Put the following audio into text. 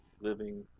living